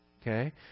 Okay